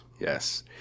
Yes